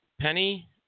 Penny